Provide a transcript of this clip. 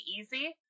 easy